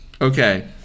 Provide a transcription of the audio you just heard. Okay